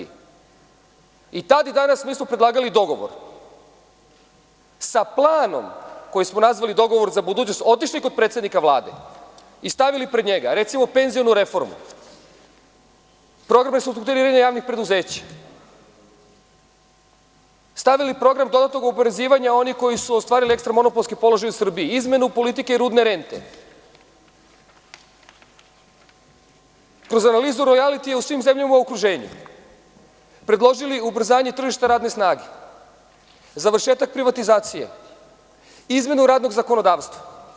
I tad i danas smo isto predlagali dogovor sa planom koji smo nazvali – dogovor za budućnost, otišli kod predsednika Vlade i stavili pred njega, recimo, penzionu reformu, programe restrukturiranja javnih preduzeća, stavili program dodatnog oporezivanja onima koji su ostvarili ekstra monopolski položaj u Srbiji, izmenu politike rudne rente kroz analizu rojalitija u svim zemljama u okruženju, predložili ubrzanje tržišta radne snage, završetak privatizacije, izmenu radnog zakonodavstva.